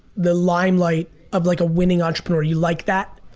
the limelight of like a winning entrepreneur, you like that?